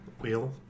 Wheel